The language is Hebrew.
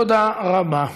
תודה רבה.